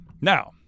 Now